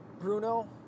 Bruno